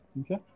Okay